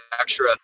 extra